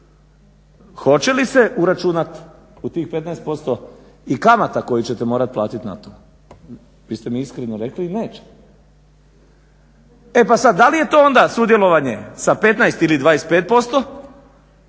hoće li se uračunati u tih 15% i kamata koje ćete morati platiti na to? Vi ste mi iskreno rekli neće. E pa sada da li je to onda sudjelovanje sa 15 ili 25%